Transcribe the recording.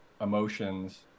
emotions